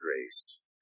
grace